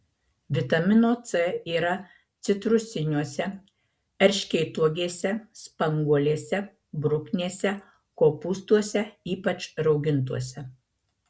vitamino c yra citrusiniuose erškėtuogėse spanguolėse bruknėse kopūstuose ypač raugintuose